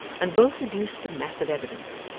and both adduced a mass of evidence,